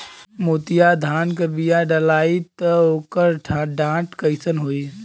मोतिया धान क बिया डलाईत ओकर डाठ कइसन होइ?